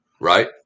right